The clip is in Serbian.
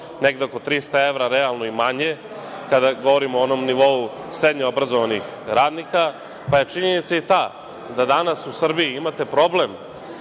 negde oko 300 evra, realno i manje, kada govorimo o onom nivou srednje obrazovanih radnika. Činjenica je i ta da danas u Srbiji imate problem